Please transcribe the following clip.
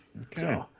Okay